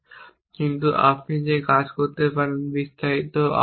কিন্তু আপনি যে কাজ করতে পারেন বিস্তারিত আউট কাজ